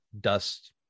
dust